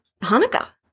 Hanukkah